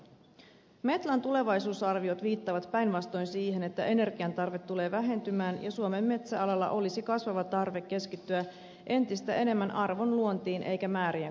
metlan tulevaisuusarviot viittaavat päinvastoin siihen että energiantarve tulee vähentymään ja suomen metsäalalla olisi kasvava tarve keskittyä entistä enemmän arvon luontiin eikä määrien kasvattamiseen